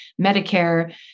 Medicare